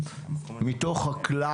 מתוך הכלל.